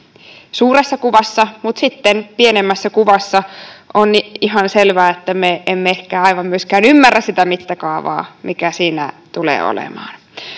suuressa kuvassa, mutta sitten pienemmässä kuvassa on ihan selvää, että me emme ehkä aivan myöskään ymmärrä sitä mittakaavaa, mikä siinä tulee olemaan.